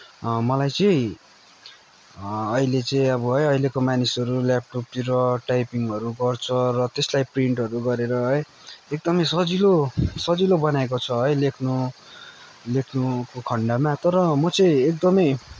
मलाई चाहिँ अहिले चाहिँ अब है अहिलेको मानिसहरू ल्यापटपतिर टाइपिङहरू गर्छ र त्यसलाई प्रिन्टहरू गरेर है एकदमै सजिलो सजिलो बनाएको छ है लेख्नु लेख्नुको खन्डमा तर म चाहिँ एकदमै